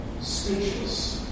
speechless